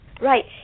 Right